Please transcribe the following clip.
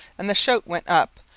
and the shout went up,